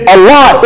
Allah